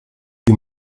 you